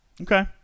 Okay